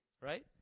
right